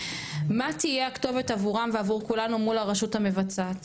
מה תהיה הכתובת עבורם ועבור כולנו מול הרשות המבצעת?